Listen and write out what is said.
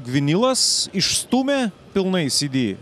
vinilas išstūmė pilnai cd